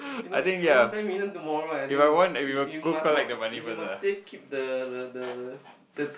you know if you won ten million tomorrow I think you must not you must safe keep the the the the the the